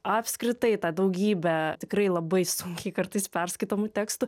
apskritai tą daugybę tikrai labai sunkiai kartais perskaitomų tekstų